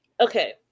Okay